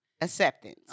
Acceptance